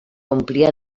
omplia